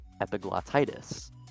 epiglottitis